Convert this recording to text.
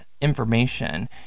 information